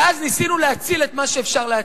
ואז ניסינו להציל את מה שאפשר להציל,